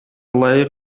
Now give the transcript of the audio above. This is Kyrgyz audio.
ылайык